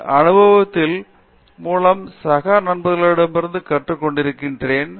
என் அனுபவத்தின் மூலமும் சக நண்பர்களிடமிருந்தும் கற்றுக்கொண்டிருக்கிறேன்